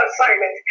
assignment